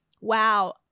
wow